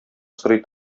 сорый